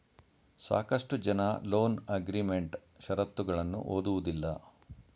ಸಾಕಷ್ಟು ಜನ loan agreement ಶರತ್ತುಗಳನ್ನು ಓದುವುದಿಲ್ಲ